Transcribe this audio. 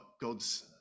God's